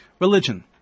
Religion